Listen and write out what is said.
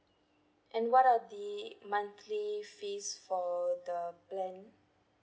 and what are the monthly fees for the plan